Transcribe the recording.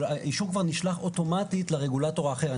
האישור כבר נשלח אוטומטית לרגולטור האחר.